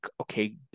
okay